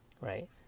right